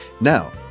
Now